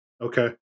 Okay